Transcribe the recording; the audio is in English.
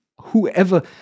whoever